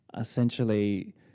essentially